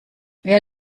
wir